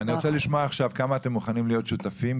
אני רוצה לשמוע עכשיו כמה אתם מוכנים להיות שותפים,